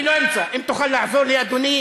אדוני